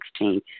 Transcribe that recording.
2016